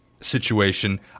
Situation